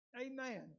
Amen